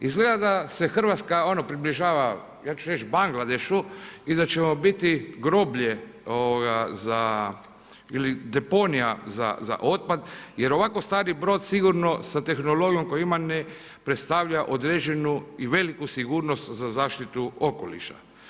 Izgleda da se Hrvatska ono približava, ja ću reći Bangladešu i da ćemo biti groblje za, ili deponija za otpad, jer ovako stari brod sigurno sa tehnologijom koju ima ne predstavlja određenu i veliku sigurnost za zaštitu okoliša.